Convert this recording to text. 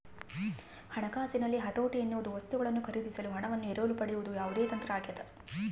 ಹಣಕಾಸಿನಲ್ಲಿ ಹತೋಟಿ ಎನ್ನುವುದು ವಸ್ತುಗಳನ್ನು ಖರೀದಿಸಲು ಹಣವನ್ನು ಎರವಲು ಪಡೆಯುವ ಯಾವುದೇ ತಂತ್ರ ಆಗ್ಯದ